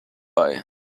bei